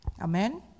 Amen